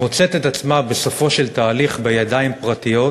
מוצאת את עצמה בסופו של תהליך בידיים פרטיות,